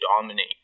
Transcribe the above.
dominate